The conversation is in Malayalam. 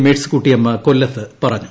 മേഴ്സിക്കുട്ടിയമ്മ കൊല്ലത്ത് പറഞ്ഞു